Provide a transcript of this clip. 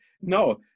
no